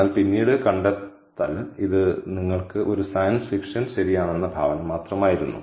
എന്നാൽ പിന്നീട് കണ്ടെത്തൽ ഇത് നിങ്ങൾക്ക് ഒരു സയൻസ് ഫിക്ഷൻ ശരിയാണെന്ന ഭാവന മാത്രമായിരുന്നു